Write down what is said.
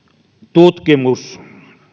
tutkimus